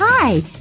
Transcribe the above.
Hi